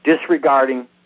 disregarding